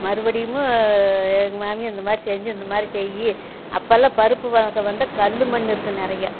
மறுபடியும் எங்கள் மாமியார் இந்த மாதிரி செஞ்சு இந்த மாதிரி செய் அப்போல்லாம் பருப்பு வகை வந்து கல் மண் இருக்கும் நிறையா